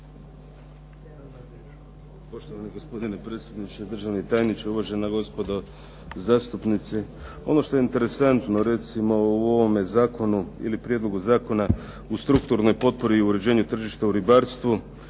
Poštovani gospodine predsjedniče, državni tajniče, uvažena gospodo zastupnici. Ono što je interesantno recimo u ovome zakonu ili Prijedlogu zakona o strukturnoj potpori i uređenju tržišta u ribarstvu